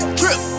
trip